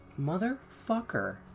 Motherfucker